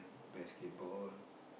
basketball